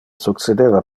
succedeva